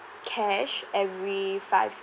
cash every five